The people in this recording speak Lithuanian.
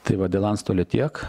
tai va dėl antstolio tiek